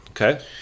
Okay